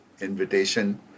invitation